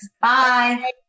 Bye